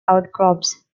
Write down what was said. outcrops